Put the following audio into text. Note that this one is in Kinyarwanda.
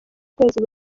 ukwezi